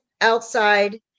outside